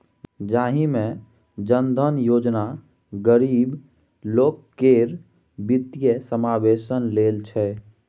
जाहि मे जन धन योजना गरीब लोक केर बित्तीय समाबेशन लेल छै